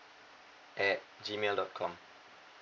at G mail dot com